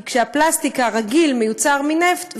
כי כשהפלסטיק הרגיל מיוצר מנפט,